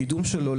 הקידום שלו,